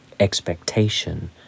expectation